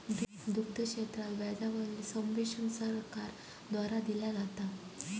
दुग्ध क्षेत्रात व्याजा वरील सब्वेंशन सरकार द्वारा दिला जाता